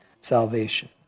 salvation